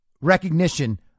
recognition